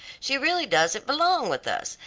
she really doesn't belong with us,